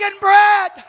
bread